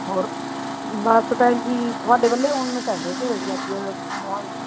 ਹੋਰ ਬਸ ਭੈਣ ਜੀ ਤੁਹਾਡੇ ਵੱਲ ਏ ਆਉਣ ਨੂੰ ਕਹਿੰਦੇ ਤੇ ਵੀ ਅੱਜ ਮੋਹਾਲੀ